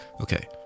Okay